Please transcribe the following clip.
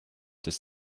this